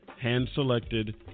hand-selected